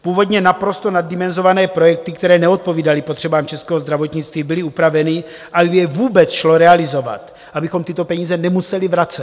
Původně naprosto naddimenzované projekty, které neodpovídaly potřebám českého zdravotnictví, byly upraveny, aby je vůbec šlo realizovat, abychom tyto peníze nemuseli vracet.